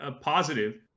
positive